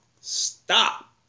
Stop